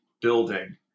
building